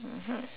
mmhmm